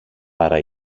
παρά